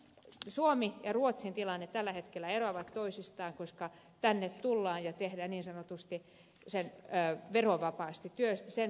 mutta suomen ja ruotsin tilanteet tällä hetkellä eroavat toisistaan koska tänne tullaan ja tehdään niin sanotusti verovapaasti työtä